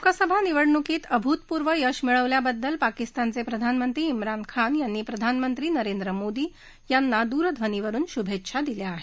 लोकसभा निवडणुकीत अभूतपूर्व यश मिळवल्याबद्दल पाकिस्तानचे प्रधानमंत्री मेरान खान यांनी प्रधानमंत्री नरेंद्र मोदी यांना दूरध्वनीवरुन शुभेच्छ दिल्या आहेत